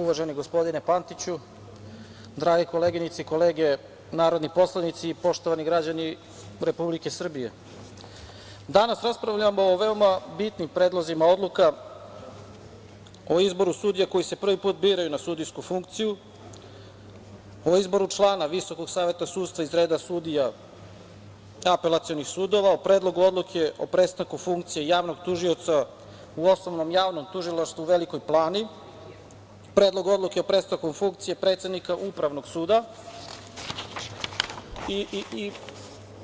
Uvaženi gospodine Pantiću, drage koleginice i kolege narodni poslanici i poštovani građani Republike Srbije, danas raspravljamo o veoma bitnim predlozima odluka - o izboru sudija koji se prvi put biraju na sudijsku funkciju, o izboru člana VSS iz reda sudija apelacionih sudova, o Predlogu odluke o prestanku funkcije Javnog tužioca u Osnovnom javnom tužilaštvu u Velikoj Plani, Predlog odluke o prestanku funkcije predsednika Upravnog suda i